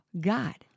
God